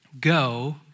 go